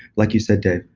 like you said dave,